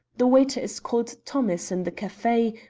the waiter is called thomas in the cafe,